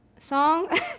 Song